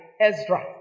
Ezra